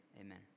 amen